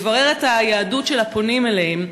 זה לברר את היהדות של הפונים אליהם,